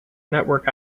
network